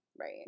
Right